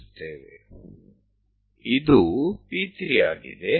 આ P3 છે કે જે પહેલેથી જ C છે